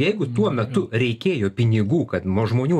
jeigu tuo metu reikėjo pinigų kad nuo žmonių